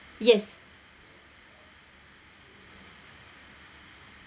yes